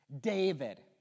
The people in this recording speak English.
David